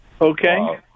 Okay